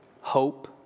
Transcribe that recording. hope